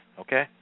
okay